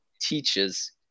teaches